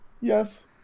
Yes